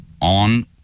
on –